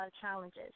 challenges